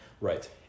Right